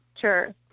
sure